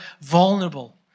vulnerable